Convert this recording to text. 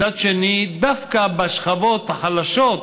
מצד שני, דווקא בשכבות החלשות,